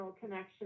connection